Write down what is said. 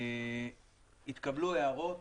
התקבלו הערות,